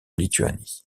lituanie